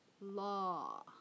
law